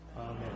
Amen